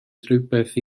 rhywbeth